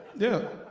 yeah.